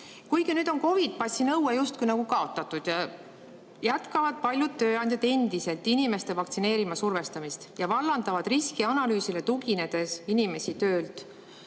Kuigi nüüd on COVID‑i passi nõue just nagu kaotatud, jätkavad paljud tööandjad endiselt inimeste vaktsineerima survestamist ja vallandavad riskianalüüsile tuginedes inimesi töölt.